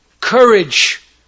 courage